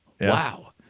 Wow